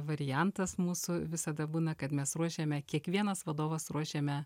variantas mūsų visada būna kad mes ruošiame kiekvienas vadovas ruošiame